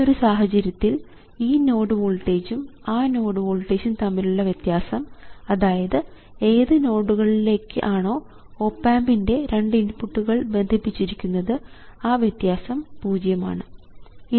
ഈയൊരു സാഹചര്യത്തിൽ ഈ നോഡ് വോൾട്ടേജും ആ നോഡ് വോൾട്ടേജും തമ്മിലുള്ള വ്യത്യാസം അതായത് ഏത് നോഡുകളിലേക്ക് ആണോ ഓപ് ആമ്പിൻറെ രണ്ട് ഇൻപുട്ടുകൾ ബന്ധിപ്പിച്ചിരിക്കുന്നത് ആ വ്യത്യാസം പൂജ്യം ആണ്